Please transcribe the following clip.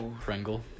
Pringle